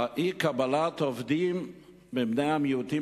אי-קבלת עובדים מבני המיעוטים,